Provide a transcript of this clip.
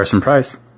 Price